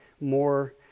more